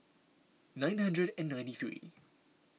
nine hundred and ninety three